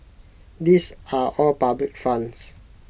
these are all public funds